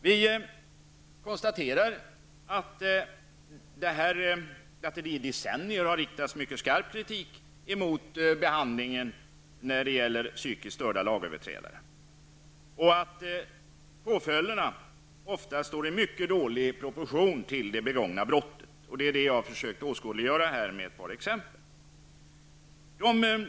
Vi konstaterar att det i decennier har riktats mycket stark kritik mot behandlingen när det gäller psykiskt störda lagöverträdare. Påföljderna står ofta i mycket dålig proportion till det begångna brottet. Det är detta som jag har försökt att åskådliggöra med ett par exempel.